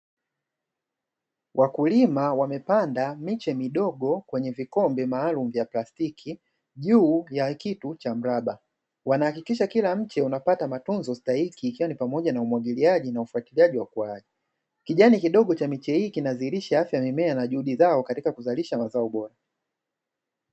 Wakulima wamepanda miche midogo kwenye vikombe maalumu vya plastiki, juu ya kitu cha mraba. Wanahakikisha kuwa kila mche unapata matunzo stahiki, ikiwa ni umwagiliaji na ufuatiliaji wa ukuaji. Kijani kidogo cha mimea hii, kinadhihirisha afya ya mimea na juhudi zao katika kuzalisha mazao bora.